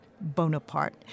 Bonaparte